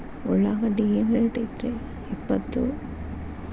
ಉಳ್ಳಾಗಡ್ಡಿ ಏನ್ ರೇಟ್ ಐತ್ರೇ ಇಪ್ಪತ್ತು?